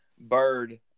Bird